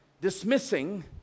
Dismissing